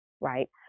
right